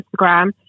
Instagram